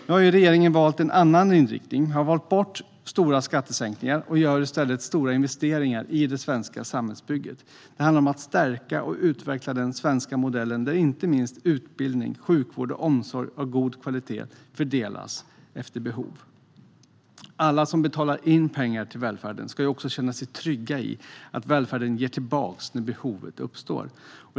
Nu har regeringen valt en annan inriktning. Den har valt bort stora skattesänkningar och gör i stället stora investeringar i det svenska samhällsbygget. Det handlar om att stärka och utveckla den svenska modellen, där inte minst utbildning, sjukvård och omsorg av god kvalitet fördelas efter behov. Alla som betalar in pengar till välfärden ska också känna sig trygga i att välfärden ger tillbaka när behovet uppstår.